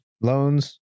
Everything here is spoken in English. loans